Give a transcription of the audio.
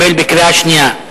התקבלה בקריאה שנייה.